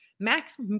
max